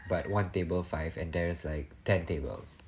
but one table five and there is like ten tables